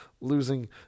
losing